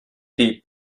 piep